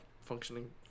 functioning